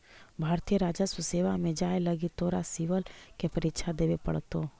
भारतीय राजस्व सेवा में जाए लगी तोरा सिवल के परीक्षा देवे पड़तो